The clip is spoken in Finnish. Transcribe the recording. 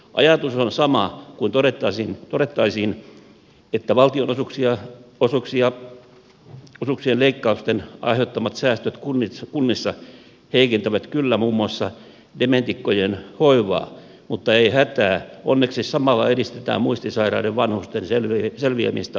ajatus on sama kuin todettaisiin että valtionosuuksien leikkausten aiheuttamat säästöt kunnissa heikentävät kyllä muun muassa dementikkojen hoivaa mutta ei hätää onneksi samalla edistetään muistisairaiden vanhusten selviämistä omillaan